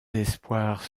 espoirs